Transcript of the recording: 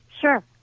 Sure